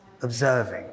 observing